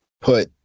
put